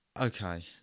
Okay